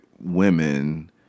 women